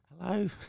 hello